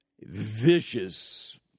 vicious